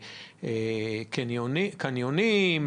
קניונים,